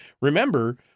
Remember